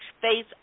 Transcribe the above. face